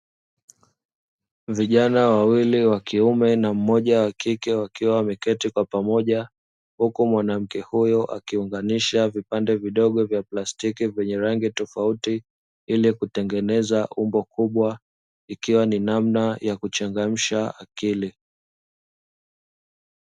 Vijan wawili wa kiume na mmoja wa kike, wakiwa wameketi kwa pamoja huku mwanamkke huyo akiwa anaunganisha vipande vidogo vya plastiki, vyenye rangi tofauti ili kutengeneza umbo kubwa, ikiwa ni namna ya kuchangamsha akili.